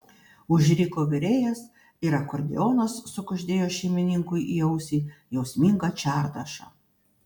užriko virėjas ir akordeonas sukuždėjo šeimininkui į ausį jausmingą čardašą